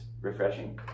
refreshing